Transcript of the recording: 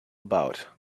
about